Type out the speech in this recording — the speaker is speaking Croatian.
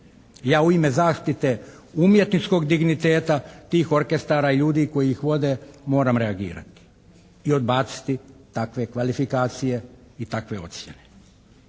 Ja u ime zaštite umjetničkog digniteta tih orkestara i ljudi koji ih vode moram reagirati i odbaciti takve kvalifikacije i takve ocjene.